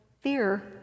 fear